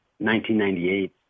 1998